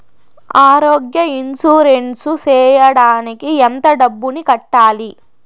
ఆరోగ్య ఇన్సూరెన్సు సేయడానికి ఎంత డబ్బుని కట్టాలి?